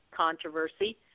controversy